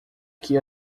que